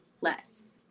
less